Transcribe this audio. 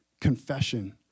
confession